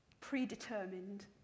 predetermined